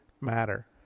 matter